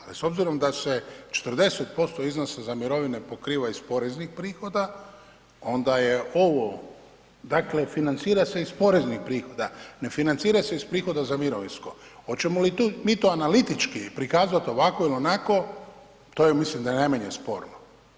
Ali s obzirom da se 40% iznosa za mirovina pokriva iz poreznih prihoda, onda je ovo dakle financira se iz poreznih prihoda, ne financira se iz prihoda za mirovinsko, hoćemo mi to analitički prikazati ovako ili onako, to ja mislim da je najmanje sporno.